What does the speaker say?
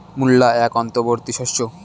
মূলা এক অন্তবর্তী শস্য